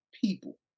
people